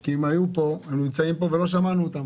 כי הם נמצאים פה ולא שמענו אותם.